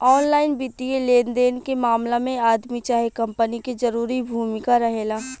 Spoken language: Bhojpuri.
ऑनलाइन वित्तीय लेनदेन के मामला में आदमी चाहे कंपनी के जरूरी भूमिका रहेला